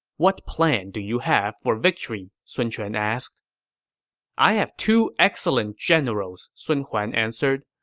what plan do you have for victory? sun quan asked i have two excellent generals, sun huan answered.